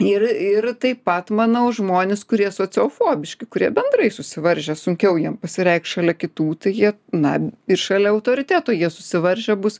ir ir taip pat manau žmonės kurie sociofobiški kurie bendrai susivaržę sunkiau jiem pasireikš šalia kitų tai jie na ir šalia autoriteto jie susivaržę bus